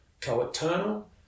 co-eternal